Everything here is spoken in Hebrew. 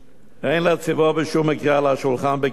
אין להציבו בשום מקרה על השולחן בכיתה.